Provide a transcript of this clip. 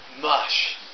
Mush